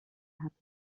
happy